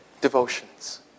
devotions